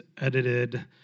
edited